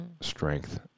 strength